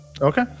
Okay